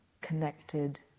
connected